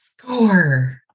Score